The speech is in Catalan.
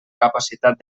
capacitat